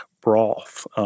broth